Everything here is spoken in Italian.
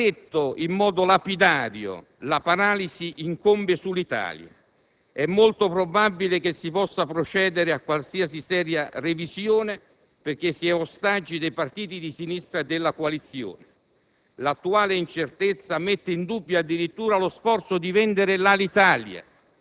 quotidiano «The Wall Street Journal» è stato scritto in modo lapidario: «La paralisi incombe sull'Italia. È molto improbabile che si possa procedere a qualsiasi seria revisione perché si è ostaggio dei partiti di sinistra della coalizione.